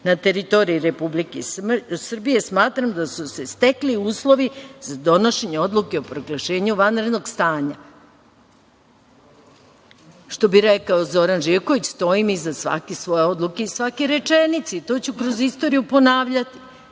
na teritoriji Republike Srbije, smatram da su se stekli uslovi za donošenje odluke o proglašenju vanrednog stanja". Što bi rekao Zoran Živković - stojim iza svake svoje odluke i svake rečenice. I to ću kroz istoriju ponavljati.